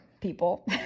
people